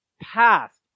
past